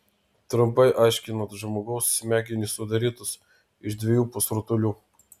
trumpai aiškinant žmogaus smegenys sudarytos iš dviejų pusrutulių